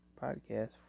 podcast